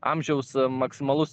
amžiaus maksimalus